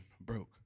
broke